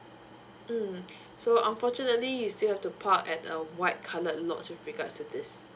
mm so unfortunately you still have to park at the white coloured lots with regards to this